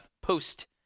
post